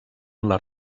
les